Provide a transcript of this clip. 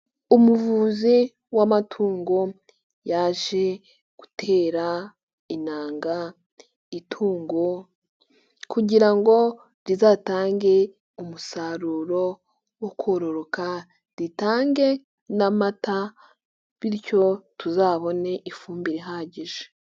Umuvuzi w'amatungo yaje gutera intanga itungo kugira ngo rizatange umusaruro wo kororoka ritange n'amata bityo tuzabone ifumbire ihagije.